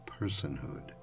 personhood